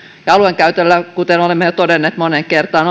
ja alueidenkäytöllä kuten olemme jo todenneet moneen kertaan